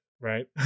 right